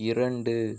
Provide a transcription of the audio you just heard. இரண்டு